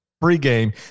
pre-game